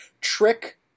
Trick